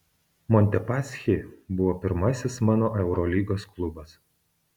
montepaschi buvo pirmasis mano eurolygos klubas